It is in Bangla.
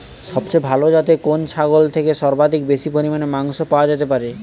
সবচেয়ে ভালো যাতে কোন ছাগল থেকে সর্বাধিক বেশি পরিমাণে মাংস পাওয়া যেতে পারে?